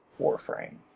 Warframe